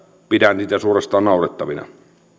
pidän niitä suorastaan naurettavina